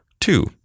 Two